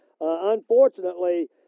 unfortunately